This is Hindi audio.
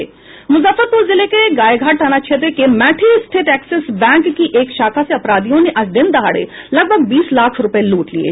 मुजफ्फरपुर जिले के गायघाट थाना क्षेत्र के मैठी स्थित एक्सिस बैंक की एक शाखा से अपराधियों ने आज दिन दहाड़े लगभग बीस लाख रुपये लूट लिये